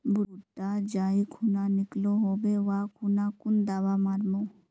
भुट्टा जाई खुना निकलो होबे वा खुना कुन दावा मार्मु?